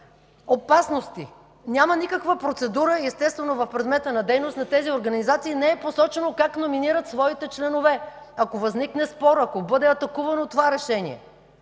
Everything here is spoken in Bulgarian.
опасности. Няма никаква процедура и естествено в предмета на дейност на тези организации не е посочено как номинират своите членове, ако възникне спор, ако бъде атакувано това решение.